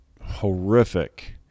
horrific